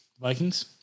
Vikings